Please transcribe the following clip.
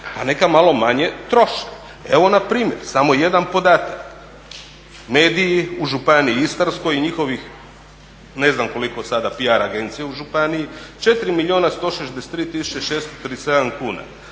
Pa neka malo manje troše. Evo npr. samo jedan podatak. Mediji u Županiji istarskoj i njihovih ne znam koliko sada PR agencija u županiji 4 milijuna 163 tisuće 637 kuna.